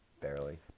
barely